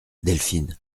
delphine